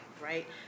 right